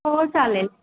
हो चालेल